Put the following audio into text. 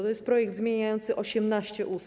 To jest projekt zmieniający 18 ustaw.